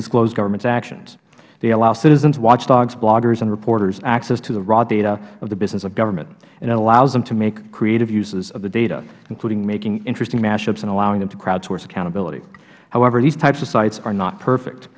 disclose governments actions they allow citizens watchdogs bloggers and reporters access to the raw data of the business of government it allows them to make creative uses of the data including making interesting mashups and allowing them to crowd source accountability however these types of sites are not perfect